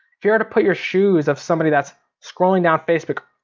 if you're gonna put your shoes of somebody that's scrolling down facebook,